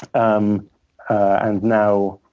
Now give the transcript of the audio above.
um and now,